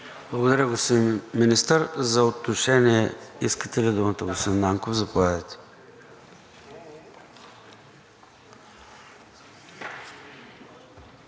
Благодаря, господин Министър. За отношение – искате ли думата, господин Нанков? Заповядайте.